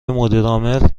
مدیرعامل